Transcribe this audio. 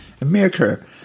America